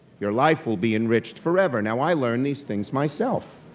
your life will be enriched forever. now, i learned these things myself.